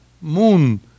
moon